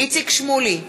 איציק שמולי,